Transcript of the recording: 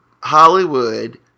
Hollywood